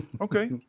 okay